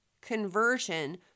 conversion